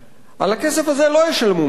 על הכסף הזה לא ישלמו מסים.